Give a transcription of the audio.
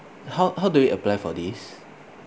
how how do we apply for this